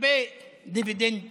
הרבה דיבידנדים